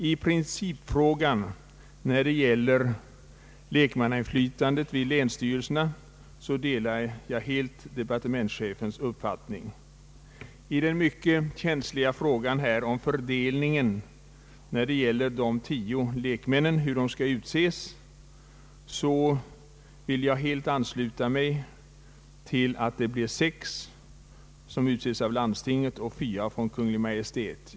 I principfrågan när det gäller lekmannainflytandet vid länsstyrelsen delar jag helt departementschefens uppfattning. I den mycket känsliga frågan om hur de tio lekmännen skall utses vill jag ansluta mig till förslaget ati sex utses av landstinget och fyra av Kungl. Maj:t.